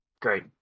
great